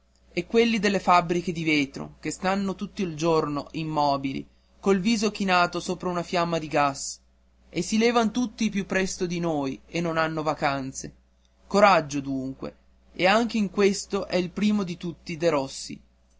e quelli delle fabbriche di vetro che stanno tutto il giorno immobili col viso chinato sopra una fiamma di gas e si levan tutti più presto di noi e non hanno vacanze coraggio dunque e anche in questo è il primo di tutti derossi